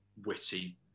witty